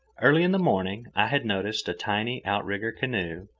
early in the morning i had noticed a tiny outrigger canoe,